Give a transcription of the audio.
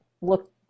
look